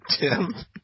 Tim